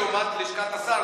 לעומת לשכת השר,